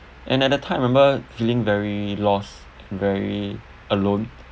another time I remember feeling very lost very alone